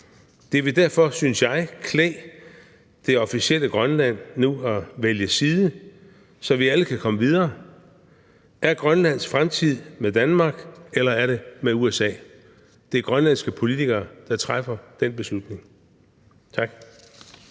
Det vil derfor, synes jeg, klæde det officielle Grønland nu at vælge side, så vi alle kan komme videre. Er Grønlands fremtid med Danmark, eller er det med USA? Det er grønlandske politikere, der træffer den beslutning. Tak.